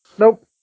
Nope